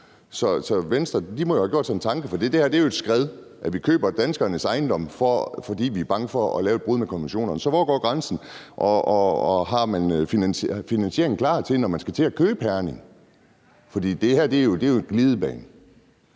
Venstre må jo have gjort sig nogle tanker, for det er jo et skred, når vi køber danskernes ejendomme, fordi vi er bange for at bryde konventionerne. Så hvor går grænsen, og har man finansieringen klar, når man skal til at købe Herning? For det her er jo en glidebane.